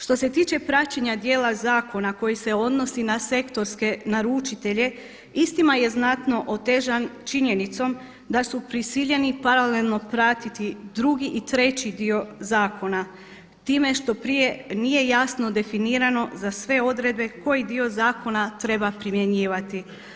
Što se tiče praćenja dijela zakona koji se odnosi na sektorske naručitelje istima je znatno otežan činjenicom da su prisiljeni paralelno pratiti drugi i treći dio zakona time što prije nije jasno definirano za sve odredbe koji dio zakona treba primjenjivati.